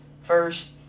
First